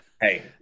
Hey